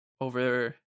over